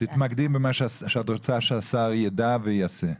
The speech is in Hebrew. תתמקדי במה שאת רוצה שהשר ידע ויעשה.